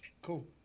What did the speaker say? Cool